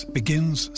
begins